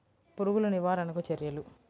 పురుగులు నివారణకు చర్యలు?